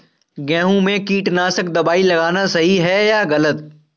गेहूँ में कीटनाशक दबाई लगाना सही है या गलत?